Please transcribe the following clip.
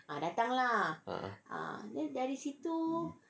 a'ah